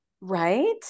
right